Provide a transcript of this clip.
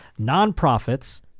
nonprofits